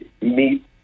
meet